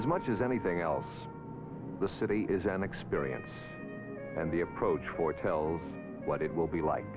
as much as anything else the city is an experience and the approach for tells what it will be like